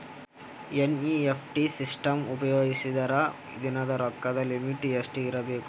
NEFT system ಉಪಯೋಗಿಸಿದರ ದಿನದ ರೊಕ್ಕದ ಲಿಮಿಟ್ ಎಷ್ಟ ಇರಬೇಕು?